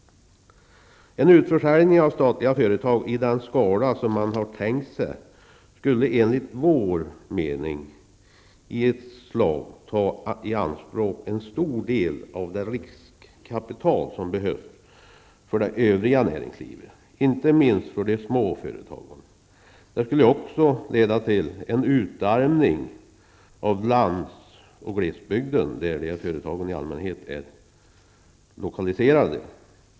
En utförsäljning av statliga företag i den skala som man har tänkt sig skulle enligt vår mening i ett slag ta i anspråk en stor del av det riskkapital som behövs för det övriga näringslivet, inte minst för de små företagen. Det skulle också leda till en utarmning av lands och glesbygden, där dessa företag i allmänhet är lokaliserade.